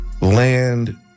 land